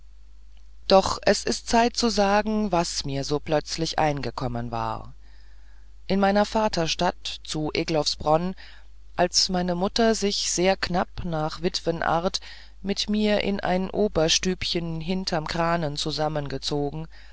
doch es ist zeit zu sagen was mir so plötzlich eingekommen war in meiner vaterstadt zu egloffsbronn als meine mutter sich sehr knapp nach witwenart mit mir in ein oberstübchen hinterm krahnen zusammengezogen